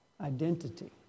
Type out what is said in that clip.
Identity